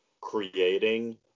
creating